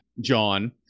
John